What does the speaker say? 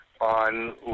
on